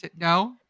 No